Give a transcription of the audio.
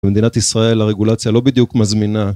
במדינת ישראל הרגולציה לא בדיוק מזמינה